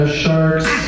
sharks